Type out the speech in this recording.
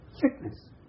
sickness